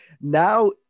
Now